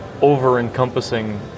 over-encompassing